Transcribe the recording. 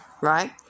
right